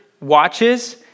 watches